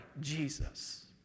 Jesus